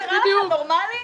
זה נראה לכם נורמלי?